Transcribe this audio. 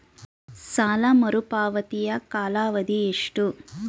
ಸಾಲ ಮರುಪಾವತಿಯ ಕಾಲಾವಧಿ ಎಷ್ಟು?